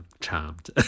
Charmed